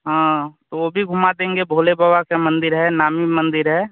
हाँ तो वह भी घुमा देंगे भोले बाबा का मंदिर है नामी मंदिर है